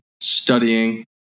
studying